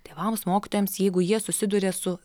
tėvams mokytojams jeigu jie susiduria su